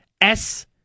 S-